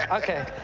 ok.